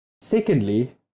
Secondly